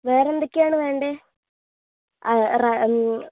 വേറെ എന്തൊക്കെയാണ് വേണ്ടത് ആ